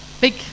big